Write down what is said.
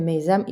במיזם "אישים"